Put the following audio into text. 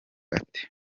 ati